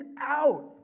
out